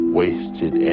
wasted